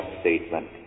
statement